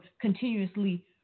continuously